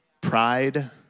pride